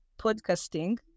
podcasting